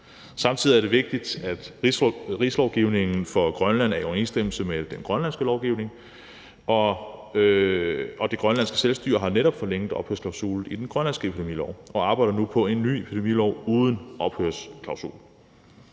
Samtidig er det vigtigt, at rigslovgivningen for Grønland er i overensstemmelse med den grønlandske lovgivning, og det grønlandske selvstyre har netop forlænget ophørsklausulen i den grønlandske epidemilov og arbejder nu på en ny epidemilov uden ophørsklausul.